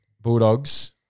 Bulldogs